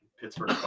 Pittsburgh